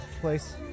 place